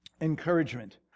encouragement